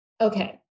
Okay